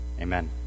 Amen